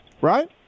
right